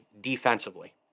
defensively